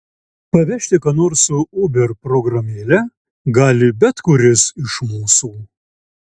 pavežti ką nors su uber programėle gali bet kuris iš mūsų